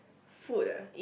food ah